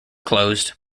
closed